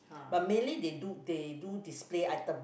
but mainly they do they do display item